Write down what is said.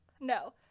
No